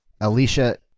Alicia